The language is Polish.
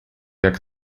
jak